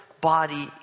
body